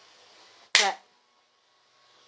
clap